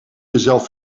jezelf